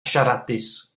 siaradus